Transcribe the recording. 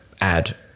add